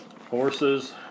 Horses